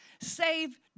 save